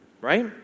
right